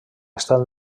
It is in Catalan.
estat